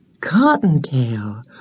Cottontail